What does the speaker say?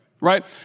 right